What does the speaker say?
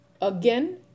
again